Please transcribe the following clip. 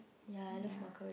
ya I love macaroni